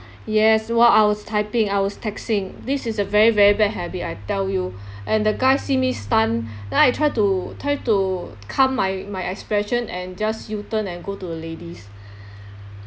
yes while I was typing I was texting this is a very very bad habit I tell you and the guy see me stun then I try to try to calm my my expression and just U turn and go to a ladies